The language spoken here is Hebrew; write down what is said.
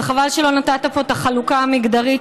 וחבל שלא נתת פה את החלוקה המגדרית,